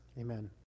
Amen